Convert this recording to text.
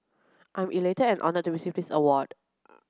I am elated and honoured to receive this award